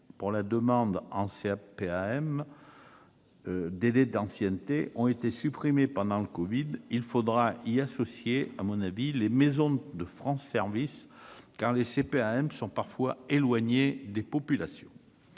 pour la demande en CA PAM Dédé d'ancienneté ont été supprimé pendant le Covid, il faudra y associer à mon avis, les maisons de France service car les CPAM sont parfois éloignées des populations,